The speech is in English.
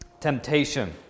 Temptation